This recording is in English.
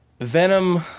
Venom